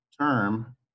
term